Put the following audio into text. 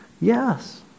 Yes